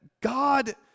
God